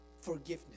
forgiveness